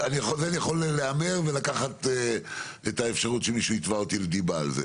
על זה אני יכול להמר ולקחת את האפשרות שמישהו יתבע אותי לדיבה על זה.